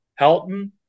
Helton